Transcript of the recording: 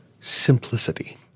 simplicity